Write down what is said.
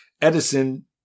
Edison